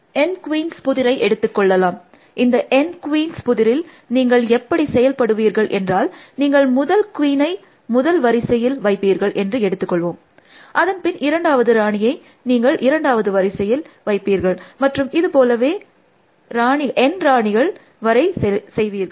N queens புதிரை எடுத்தது கொள்ளலாம் இந்த N குயின்ஸ் புதிரில் நீங்கள் எப்படி செயல்படுவீர்கள் என்றால் நீங்கள் முதல் குயினை முதல் வரிசையில் வைப்பீர்கள் என்று எடுத்தது கொள்வோம் அதன் பின் இரண்டாவது ராணியை நீங்கள் இரண்டாவது வரிசையில் வைப்பீர்கள் மற்றும் இது போலவே ன் ராணிகள் வரை செய்வீர்கள்